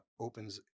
opens